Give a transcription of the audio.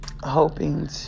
hoping